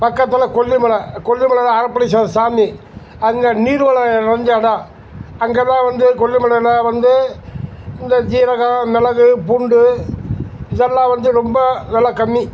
பக்கத்தில் கொல்லிமலை கொல்லிமலையில் அறப்பளிஸ்வரர் சாமி அங்கே நீர்வளம் நிறைஞ்ச இடம் அங்கே தான் வந்து கொல்லிமலையில் வந்து இந்த ஜீரகம் மிளகு பூண்டு எல்லாம் வந்து ரொம்ப விலை கம்மி